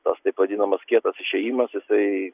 tas taip vadinamas kietas išėjimas jisai